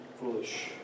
foolish